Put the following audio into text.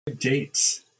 Dates